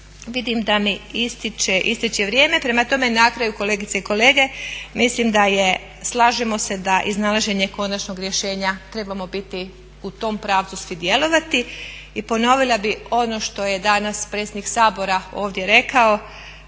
Vidim da mi ističe vrijeme, prema tome na kraju kolegice i kolege, mislim da je, slažemo se da iznalaženje konačnog rješenja trebamo biti, u tom pravcu svi djelovati. I ponovila bih ono što je danas predsjednik Sabora ovdje rekao,